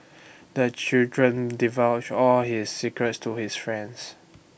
the children divulge all his secrets to his friends